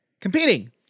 Competing